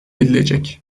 edilecek